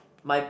my